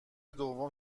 دوم